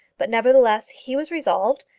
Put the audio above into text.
but, nevertheless, he was resolved,